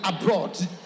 abroad